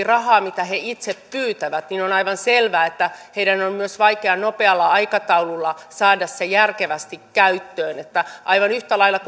rahaa kuin he itse pyytävät niin on aivan selvä että heidän on myös vaikea nopealla aikataululla saada se järkevästi käyttöön aivan yhtä lailla